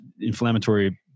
inflammatory